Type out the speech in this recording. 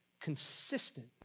consistent